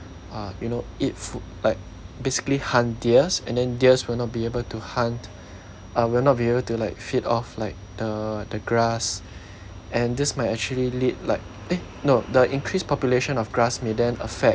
uh you know eat food like basically hunt deers and then deers will not be able to hunt uh will not be able to like feed off like the the grass and this may actually lead like eh no the increased population of grass may then affect